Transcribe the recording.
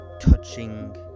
touching